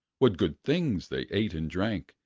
what good things they ate and drank,